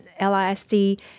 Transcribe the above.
LISD